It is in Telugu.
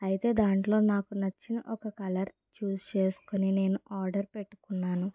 అయితే దాంట్లో నాకు నచ్చిన ఒక కలర్ చూజ్ చేసుకుని నేను ఆర్డర్ పెట్టుకున్నాను